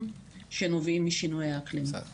זה מה